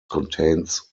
contains